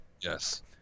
Yes